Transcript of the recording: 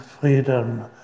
freedom